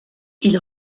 ils